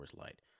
Light